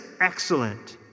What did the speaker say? excellent